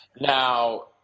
Now